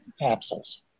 capsules